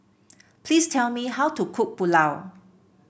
please tell me how to cook Pulao